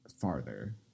Farther